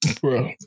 bro